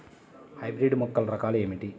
Hybrid మొక్కల రకాలు ఏమిటీ?